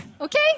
Okay